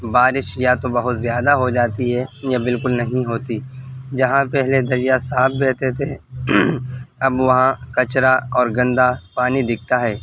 بارش یا تو بہت زیادہ ہو جاتی ہے یا بالکل نہیں ہوتی جہاں پہلے دریا صاف رہتے تھے اب وہاں کچرا اور گندا پانی دکھتا ہے